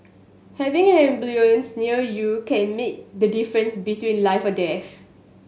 having an ambulance near you can make the difference between life and death